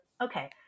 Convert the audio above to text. okay